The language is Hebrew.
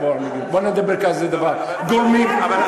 בואו נאמר כזה דבר, עם גוף אחד.